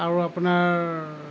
আৰু আপোনাৰ